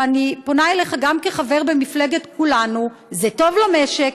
ואני פונה אליך גם כחבר במפלגת כולנו: זה טוב למשק,